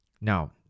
Now